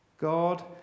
God